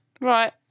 Right